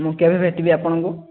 ମୁଁ କେବେ ଭେଟିବି ଆପଣଙ୍କୁ